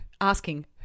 asking